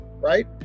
right